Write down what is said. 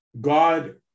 God